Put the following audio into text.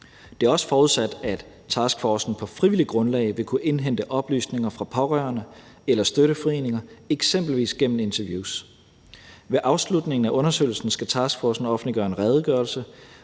Det er også forudsat, at taskforcen på frivilligt grundlag vil kunne indhente oplysninger fra pårørende eller støtteforeninger, eksempelvis gennem interviews. Ved afslutningen af undersøgelsen skal taskforcen offentliggøre en redegørelse,